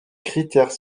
critères